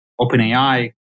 OpenAI